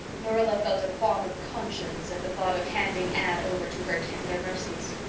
marilla felt a qualm of conscience at the thought of handing anne over to her tender mercies.